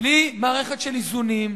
בלי מערכת של איזונים.